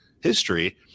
history